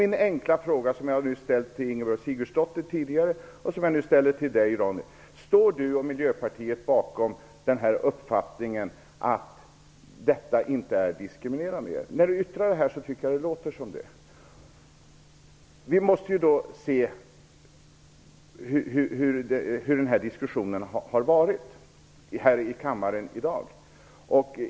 Min enkla fråga, som jag nyss ställde till Ingibjörg Sigurdsdóttir, är: Står Ronny Korsberg och Miljöpartiet bakom uppfattningen att detta inte är diskriminerande? Det låter som så. Vi måste se hur diskussionen har varit i dag.